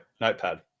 notepad